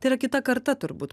tai yra kita karta turbūt